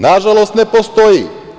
Nažalost, ne postoji.